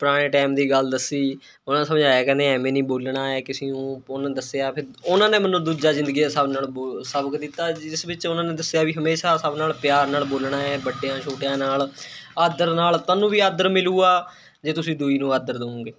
ਪੁਰਾਣੇ ਟਾਈਮ ਦੀ ਗੱਲ ਦੱਸੀ ਉਹਨਾਂ ਸਮਝਾਇਆ ਕਹਿੰਦੇ ਐਵੇਂ ਨਹੀਂ ਬੋਲਣਾ ਹੈ ਕਿਸੇ ਨੂੰ ਪੁੰਨ ਦੱਸਿਆ ਫਿਰ ਉਹਨਾਂ ਨੇ ਮੈਨੂੰ ਦੂਜਾ ਜ਼ਿੰਦਗੀ ਦਾ ਸਭ ਨਾਲ਼ੋ ਬ ਸਬਕ ਦਿੱਤਾ ਜਿਸ ਵਿੱਚ ਉਹਨਾਂ ਨੇ ਦੱਸਿਆ ਵੀ ਹਮੇਸ਼ਾ ਸਭ ਨਾਲ਼ ਪਿਆਰ ਨਾਲ਼ ਬੋਲਣਾ ਹੈ ਵੱਡਿਆਂ ਛੋਟਿਆਂ ਨਾਲ਼ ਆਦਰ ਨਾਲ਼ ਤੈਨੂੰ ਵੀ ਆਦਰ ਮਿਲੂਗਾ ਜੇ ਤੁਸੀਂ ਦੂਈ ਨੂੰ ਆਦਰ ਦਿਉਂਗੇ